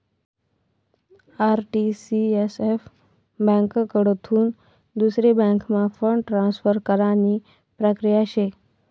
RTCSF ब्यांककडथून दुसरी बँकम्हा फंड ट्रान्सफर करानी प्रक्रिया शे